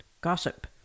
Gossip